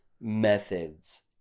methods